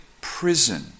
prison